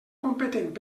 competent